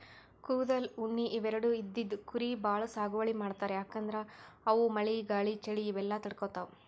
ಕೂದಲ್, ಉಣ್ಣಿ ಇವೆರಡು ಇದ್ದಿದ್ ಕುರಿ ಭಾಳ್ ಸಾಗುವಳಿ ಮಾಡ್ತರ್ ಯಾಕಂದ್ರ ಅವು ಮಳಿ ಗಾಳಿ ಚಳಿ ಇವೆಲ್ಲ ತಡ್ಕೊತಾವ್